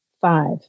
Five